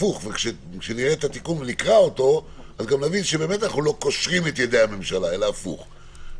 וכשנקרא את התיקון נבין שאנחנו לא קושרים ימי הממשלה אלא הפוך.